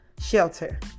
shelter